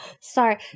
Sorry